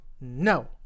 no